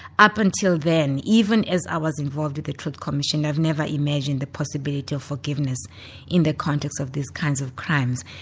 up until then, even as i was involved in the commission i have never imagined the possibility of forgiveness in the context of these kinds of crimes.